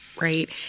right